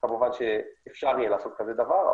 כמובן שאפשר יהיה לעשות כזה דבר,